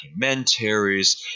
documentaries